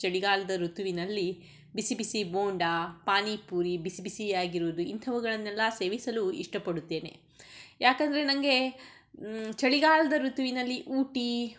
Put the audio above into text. ಚಳಿಗಾಲದ ಋತುವಿನಲ್ಲಿ ಬಿಸಿ ಬಿಸಿ ಬೋಂಡಾ ಪಾನಿಪೂರಿ ಬಿಸಿ ಬಿಸಿಯಾಗಿರುವುದು ಇಂತಹವುಗಳನ್ನೆಲ್ಲ ಸೇವಿಸಲು ಇಷ್ಟಪಡುತ್ತೇನೆ ಯಾಕಂದರೆ ನನಗೆ ಚಳಿಗಾಲದ ಋತುವಿನಲ್ಲಿ ಊಟಿ